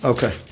Okay